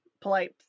Polite